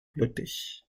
lüttich